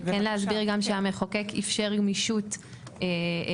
וכן להסביר גם שהמחוקק איפשר גמישות בהקצאה,